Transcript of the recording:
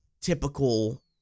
typical